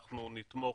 אנחנו נתמוך